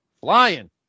flying